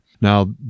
Now